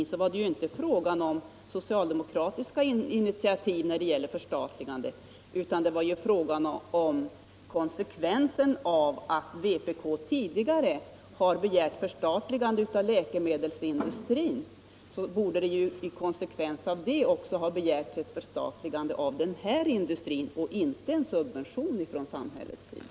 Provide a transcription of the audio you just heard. Men här var det ju inte fråga om socialdemokratiska initiativ när det gäller ett förstatligande, utan det var fråga om konsekvensen av att vpk tidigare begärt ett förstatligande av läkemedelsindustrin. I konsekvens med det borde man också ha begärt ett förstatligande av den industri vi nu diskuterar, och inte en suvbention från samhällets sida.